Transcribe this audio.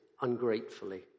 ungratefully